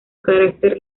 carácter